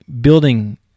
building